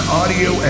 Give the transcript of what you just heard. audio